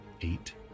eight